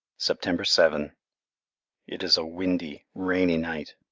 september seven it is a windy, rainy night,